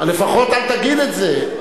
לפחות אל תגיד את זה.